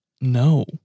no